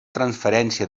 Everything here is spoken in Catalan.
transferència